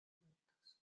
productos